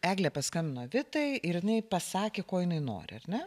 eglė paskambino vitai ir jinai pasakė ko jinai nori ar ne